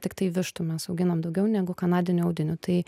tiktai vištų mes auginam daugiau negu kanadinių audinių tai